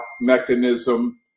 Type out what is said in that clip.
mechanism